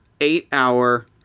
eight-hour